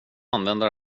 använda